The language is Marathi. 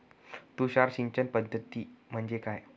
तुषार सिंचन पद्धती म्हणजे काय?